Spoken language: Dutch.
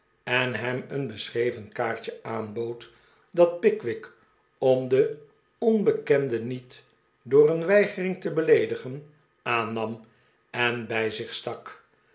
en hem een beschreven kaartje aanbood dat pickwick om den onbekende niet door een weigering te beleedigen aannam en bij zich stak